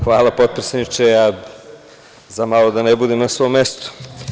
Hvala potpredsedniče, umalo da ne budem na svom mestu.